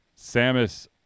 Samus